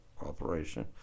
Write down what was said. operation